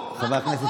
בעיה?